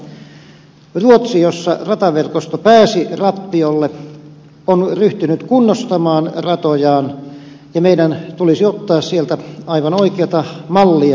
ruotsi jossa rataverkosto pääsi rappiolle on ryhtynyt kunnostamaan ratojaan ja meidän tulisi ottaa sieltä aivan oikeata mallia